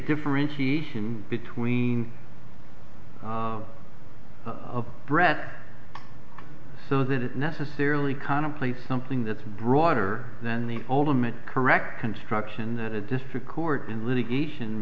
differentiation between the breath so that it necessarily contemplates something that's broader than the ultimate correct construction that a district court in litigation